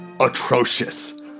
atrocious